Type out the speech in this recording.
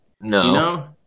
No